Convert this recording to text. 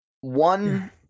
one –